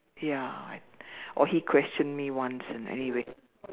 ya I or he questioned me once and anyway